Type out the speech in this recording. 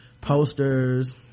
posters